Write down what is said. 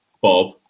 Bob